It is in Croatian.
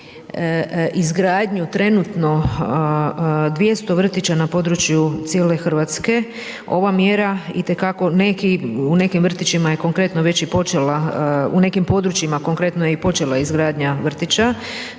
izgradnju trenutno 200 vrtića na području cijele Hrvatske. Ova mjera, itekako, u nekim vrtićima je konkretno već i počela, u nekim područjima, je konkretno i počela izgradnja vrtića.